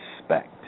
respect